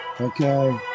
okay